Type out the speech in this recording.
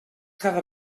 cada